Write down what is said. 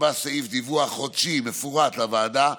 נקבע סעיף דיווח חודשי מפורט לוועדה,